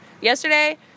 Yesterday